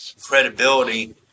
credibility